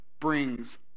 brings